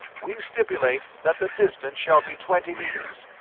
we stipulate that the distance shall be twenty meters,